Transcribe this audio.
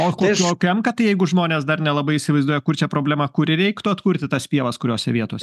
o ku kokiam kad jeigu žmonės dar nelabai įsivaizduoja kur čia problema kurį reiktų atkurti tas pievas kuriose vietose